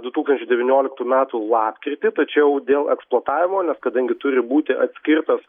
du tūkstančiai devynioliktų metų lapkritį tačiau dėl eksploatavimo nes kadangi turi būti atskirtas